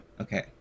Okay